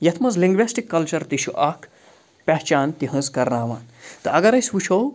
یَتھ منٛز linguistic culture تہِ چھُ اَکھ پہچان تِہٕنٛز کرناوان تہٕ اَگر أسۍ وٕچھو